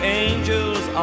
angels